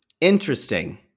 Interesting